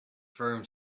firm